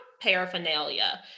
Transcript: paraphernalia